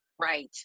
Right